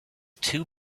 two